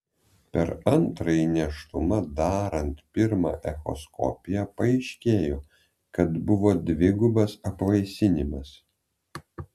per antrąjį nėštumą darant pirmą echoskopiją paaiškėjo kad buvo dvigubas apvaisinimas